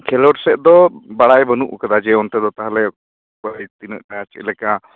ᱠᱷᱮᱞᱚᱰ ᱥᱮᱫ ᱫᱚ ᱵᱟᱲᱟᱭ ᱵᱟ ᱱᱩᱜ ᱟᱠᱟᱫᱟ ᱢᱮ ᱚᱱᱛᱮ ᱫᱚ ᱛᱟᱦᱮᱞᱮ ᱚᱠᱚᱭ ᱛᱤᱱᱟ ᱜ ᱛᱟᱭ ᱪᱮᱫᱞᱮᱠᱟ